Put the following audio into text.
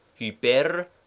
hyper